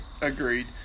Agreed